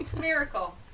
miracle